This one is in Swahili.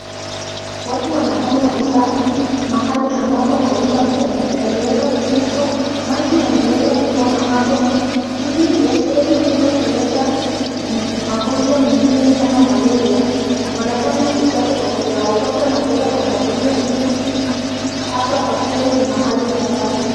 Watu wanafanya usafi mahali ambapo mauchafu yalio weza kutwa na maji yameweza kukwama hapa ili wasiweze kuja kuleta mangonjwa mengine kama malaria. Wanafanya usafi kwa kuyaokota na kuweka kwa ngunia ili hapa pa ni mahali pasafi.